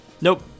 Nope